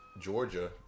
Georgia